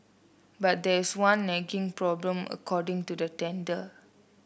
but there is one nagging problem according to the tender